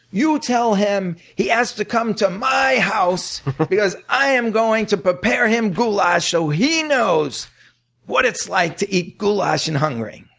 you tell him he has to come to my house because i am going to prepare him goulash so he knows what it's like to eat goulash in hungary.